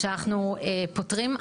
שאנחנו פותרים.